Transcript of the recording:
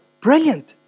brilliant